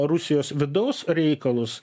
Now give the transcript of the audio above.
rusijos vidaus reikalus